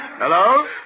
Hello